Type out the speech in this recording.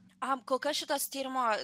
kol kas šito tyrimo